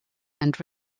and